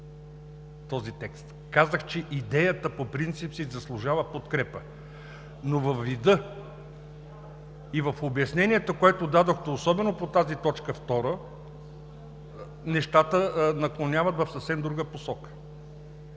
Казах, че идеята по принцип си заслужава подкрепа, но във вида и в обяснението, което дадохте, особено по тази т. 2, нещата наклоняват в съвсем друга посока.